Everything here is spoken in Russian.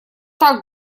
так